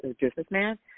businessman